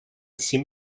seem